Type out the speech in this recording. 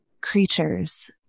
creatures